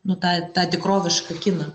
nu tą tą tikrovišką kiną